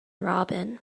robin